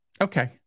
Okay